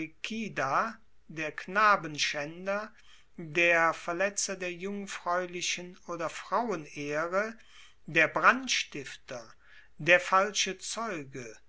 der knabenschaender der verletzer der jungfraeulichen oder frauenehre der brandstifter der falsche zeuge